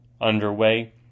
underway